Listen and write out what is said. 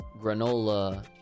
granola